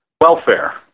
welfare